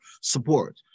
support